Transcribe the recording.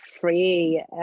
free